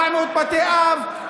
400 בתי אב,